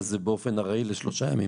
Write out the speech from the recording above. ואז זה באופן ארעי לשלושה ימים,